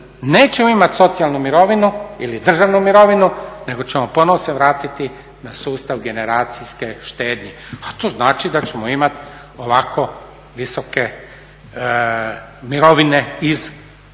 nećemo imati socijalnu mirovinu ili državnu mirovinu nego ćemo se ponovo vratiti na sustav generacijske štednje, a to znači da ćemo imati ovako visoke mirovine iz